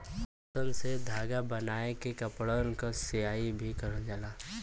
पटसन से धागा बनाय के कपड़न क सियाई भी करल जाला